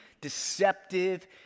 deceptive